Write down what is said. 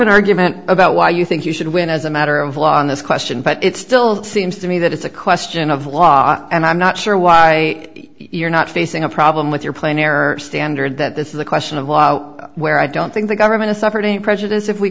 an argument about why you think you should win as a matter of law on this question but it still seems to me that it's a question of law and i'm not sure why you're not facing a problem with your plan or standard that this is a question of law where i don't think the government is suffered a prejudice if we